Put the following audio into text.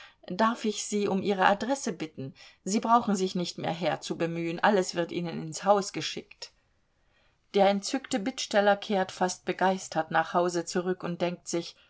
darf ich sie um ihre adresse bitten sie brauchen sich nicht mehr herzubemühen alles wird ihnen ins haus geschickt der entzückte bittsteller kehrt fast begeistert nach hause zurück und denkt sich